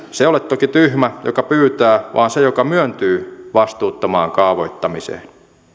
se ole toki tyhmä joka pyytää vaan se joka myöntyy vastuuttomaan kaavoittamiseen